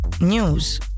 news